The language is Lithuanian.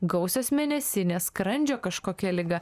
gausios mėnesinės skrandžio kažkokia liga